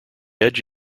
edge